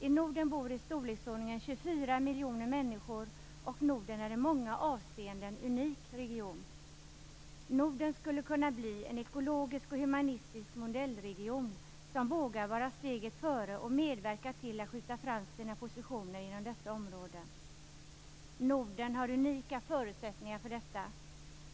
I Norden bor i storleksordningen 24 miljoner människor, och Norden är en i många avseenden unik region. Norden skulle kunna bli en ekologisk och humanistisk modellregion, som vågar vara steget före och medverka till att skjuta fram sina positioner inom dessa områden. Norden har unika förutsättningar för detta.